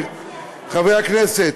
חברי הכנסת,